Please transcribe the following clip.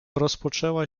rozpoczęła